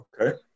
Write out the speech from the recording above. okay